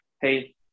Hey